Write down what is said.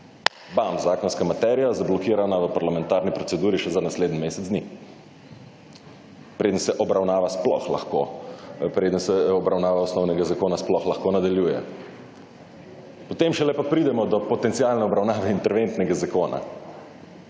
Zakonska materija zablokirana v parlamentarni proceduri še za nasleden mesec dni, preden se obravnava osnovnega zakona sploh lahko nadaljuje. Potem šele pridemo do potencialne obravnave interventnega zakona.